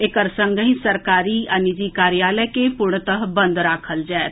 एकर संगहि सरकारी आ निजी कार्यालय के पूर्णतः बंद राखल जाएत